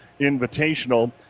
Invitational